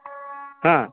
ꯍꯥ